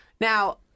Now